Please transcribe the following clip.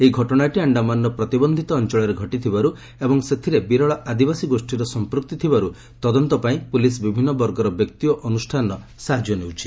ଏହି ଘଟଣାଟି ଆଖାମାନ୍ର ପ୍ରତିବନ୍ଧିତ ଅଞ୍ଚଳରେ ଘଟିଥିବାରୁ ଏବଂ ସେଥିରେ ବିରଳ ଆଦିବାସୀ ଗୋଷୀର ସମ୍ପୃକ୍ତି ଥିବାରୁ ତଦନ୍ତ ପାଇଁ ପୁଳିସ୍ ବିଭିନ୍ନ ବର୍ଗର ବ୍ୟକ୍ତି ଓ ଅନୁଷ୍ଠାନର ସାହାଯ୍ୟ ନେଉଛି